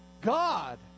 God